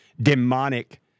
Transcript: demonic